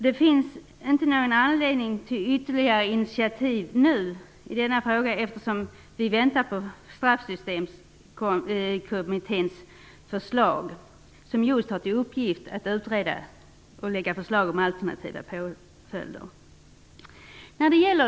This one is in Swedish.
Det finns inte någon anledning till ytterligare initiativ i denna fråga nu, eftersom vi väntar på förslaget från Straffsystemkommittén, som just har till uppgift att utreda och lägga fram förslag om alternativa påföljder.